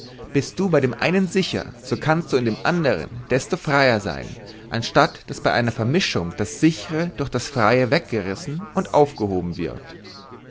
bist du bei dem einen sicher so kannst du in dem andern desto freier sein anstatt daß bei einer vermischung das sichre durch das freie weggerissen und aufgehoben wird